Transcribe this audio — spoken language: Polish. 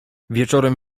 wieczorem